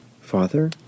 father